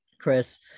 Chris